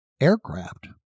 aircraft